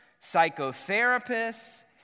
psychotherapists